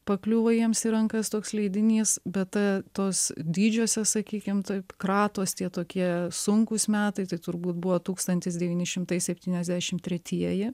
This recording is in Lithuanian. pakliuvo jiems į rankas toks leidinys bet ta tos didžiosios sakykim taip kratos tie tokie sunkūs metai tai turbūt buvo tūkstantis devyni šimtai septyniasdešim tretieji